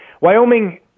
Wyoming